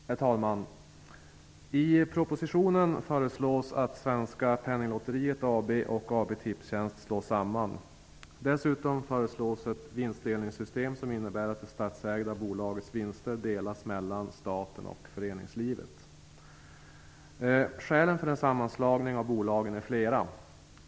Herr talman! I propositionen föreslås att Svenska Dessutom föreslås ett vinstdelningssystem som innebär att det statsägda bolagets vinster delas mellan staten och föreningslivet. Skälen för en sammanslagning av de båda bolagen är flera.